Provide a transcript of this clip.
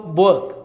work